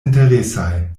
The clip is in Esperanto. interesaj